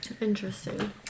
Interesting